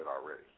already